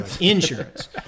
insurance